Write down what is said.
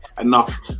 enough